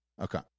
okay